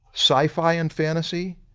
sci-fi and fantasy,